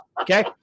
Okay